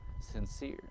sincere